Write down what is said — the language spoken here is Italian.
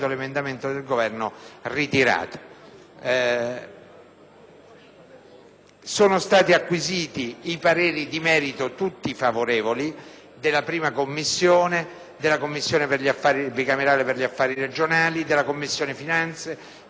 Sono stati acquisiti i pareri di merito - tutti favorevoli - della Commissione affari costituzionali, della Commissione bicamerale per gli affari regionali, della Commissione finanze, della Commissione agricoltura,